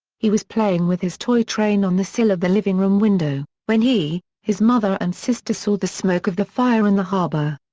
he was playing with his toy train on the sill of the living room window, when he, his mother and sister saw the smoke of the fire in the harbour.